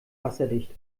wasserdicht